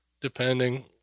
depending